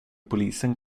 polisen